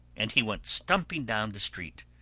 and he went stumping down the street,